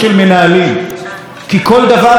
כי כל דבר בנושא הזה לוקח חודשים,